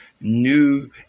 new